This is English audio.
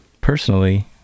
personally